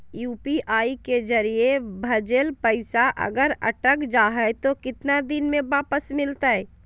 UPI के जरिए भजेल पैसा अगर अटक जा है तो कितना दिन में वापस मिलते?